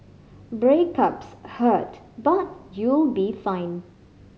breakups hurt but you'll be fine